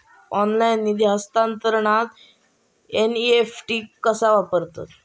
Online निधी हस्तांतरणाक NEFT कसा वापरायचा?